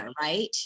right